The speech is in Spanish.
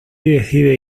decide